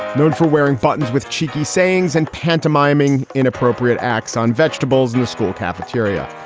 known for wearing buttons with cheeky sayings and pantomiming inappropriate acts on vegetables in the school cafeteria.